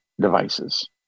devices